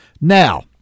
Now